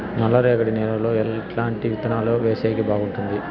నల్లరేగడి నేలలో ఎట్లాంటి విత్తనాలు వేసేకి బాగుంటుంది?